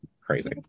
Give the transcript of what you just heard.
Crazy